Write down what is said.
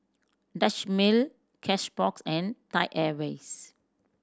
Dutch Mill Cashbox and Thai Airways